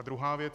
Druhá věc.